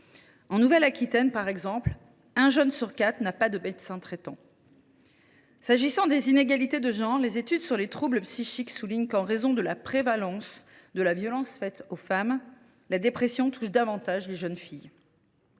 En Nouvelle Aquitaine, par exemple, un jeune sur quatre n’a pas de médecin traitant. Concernant les inégalités de genre, les études sur les troubles psychiques soulignent que, en raison de la prévalence des violences faites aux femmes, la dépression touche davantage les jeunes filles.